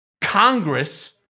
Congress